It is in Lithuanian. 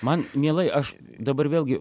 man mielai aš dabar vėlgi